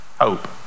hope